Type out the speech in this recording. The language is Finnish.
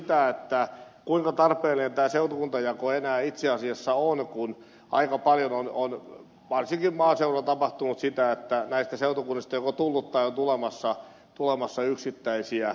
kuinka tarpeellinen tämä seutukuntajako enää itse asiassa on kun aika paljon on varsinkin maaseudulla tapahtunut sitä että näistä seutukunnista joko on tullut tai on tulemassa yksittäisiä kuntia